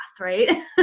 right